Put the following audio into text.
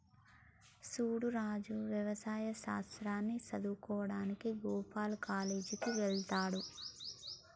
సూడు రాజు యవసాయ శాస్త్రాన్ని సదువువుకోడానికి గోపాల్ కాలేజ్ కి వెళ్త్లాడు